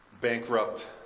Bankrupt